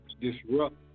disrupt